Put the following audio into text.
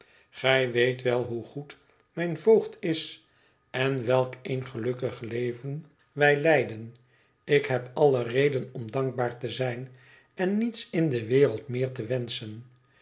gij weet wel hoe goed mijn voogd is en welk een gelukkig leven wij leiden ik heb alle reden om dankbaar te zijn en niets in de wereld meer te wenschen